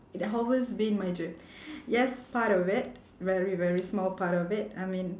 it always been my dream yes part of it very very small part of it I mean